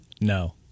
No